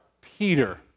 Peter